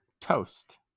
Toast